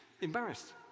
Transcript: Embarrassed